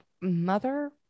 mother